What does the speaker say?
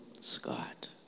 Scott